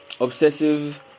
obsessive